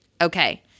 Okay